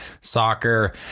Soccer